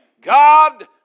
God